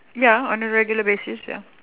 ya on a regular basis ya